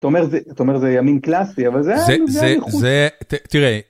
‫אתה אומר זה, אתה אומר זה ימין קלאסי, ‫אבל זה... ‫זה, זה, זה... תראה.